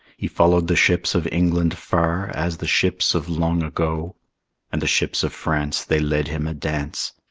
he followed the ships of england far, as the ships of long ago and the ships of france they led him a dance,